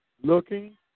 looking